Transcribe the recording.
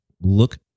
look